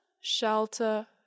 shelter